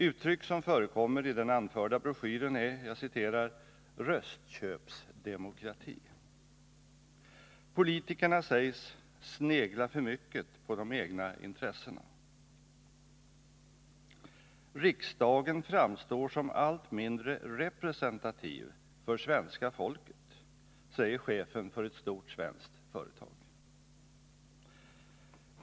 Uttryck som förekommer i den anförda broschyren är ”röstköpsdemokrati”. Politikerna sägs ”snegla för mycket på de egna intressena”. ”Riksdagen framstår som allt mindre representativ för svenska folket”, säger chefen för ett stort svenskt företag.